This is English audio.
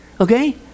Okay